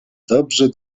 dobrzy